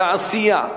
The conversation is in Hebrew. תעשייה,